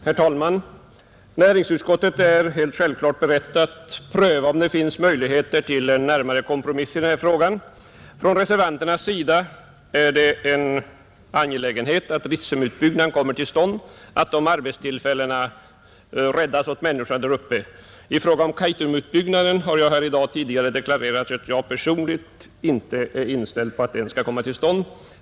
Herr talman! Näringsutskottet är helt självfallet berett att pröva om det finns möjligheter till en kompromiss i denna fråga. För reservanterna är det en viktig angelägenhet att Ritsemutbyggnaden kommer till stånd och att de arbetstillfällen en sådan ger räddas åt människorna där uppe. I fråga om Kaitumutbyggnaden har jag tidigare här i dag deklarerat att jag personligen inte är inställd på att den skall komma till stånd.